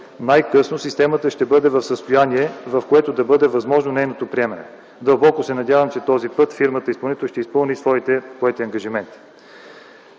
най-късно, системата ще бъде в състояние, в което да бъде възможно нейното приемане. Дълбоко се надявам, че този път фирмата изпълнител ще изпълни своите поети ангажименти.